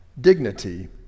dignity